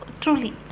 truly